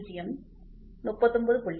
0 39